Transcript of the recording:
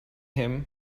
him